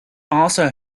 also